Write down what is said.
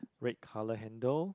red color handle